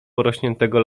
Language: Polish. porośniętego